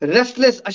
Restless